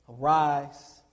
arise